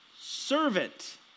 servant